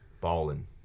Ballin